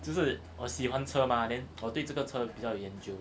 就是我喜欢车嘛 then 我对这个车比较有研究